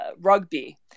rugby